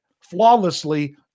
flawlessly